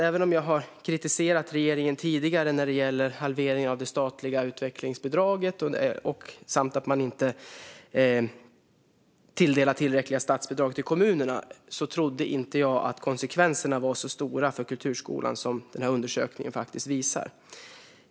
Även om jag har kritiserat regeringen tidigare när det gäller halveringen av det statliga utvecklingsbidraget och att man inte tilldelar tillräckliga statsbidrag till kommunerna, måste jag ärligt säga att jag inte trodde att konsekvenserna var så stora för kulturskolan som den här undersökningen faktiskt visar.